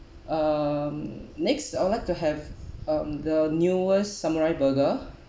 um next I would like to have um the newest samurai burger